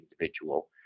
individual